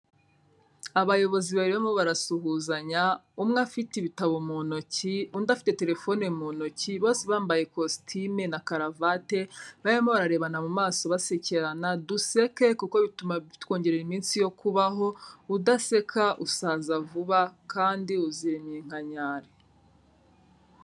Abayobozi babiri barimo barasuhuzanya, umwe afite ibitabo mu ntoki, undi afite telefone mu ntoki, bose bambaye ikositime na karavate, barimo bararebana mu maso basekerana, duseke kuko bituma bitwongerera iminsi yo kubaho, udaseka usaza vuba kandi uzira iminkamyari.